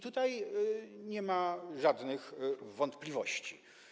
Tutaj nie ma żadnych wątpliwości.